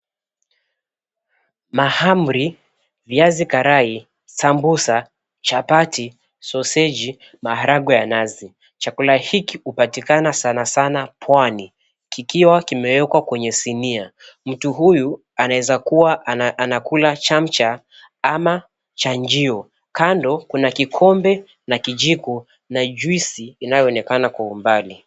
Mahamri, viazi karai, sambusa, chapati, soseji, maharagwe ya mnazi. Chakula hiki hupatikana sana sana pwani kikiwa kimewekwa kwenye sinia. Mtu huyu anaweza kuwa anakula chamcha ama chajio. Kando kuna kikombe na kijiko na juice inayoonekana kwa umbali.